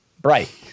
bright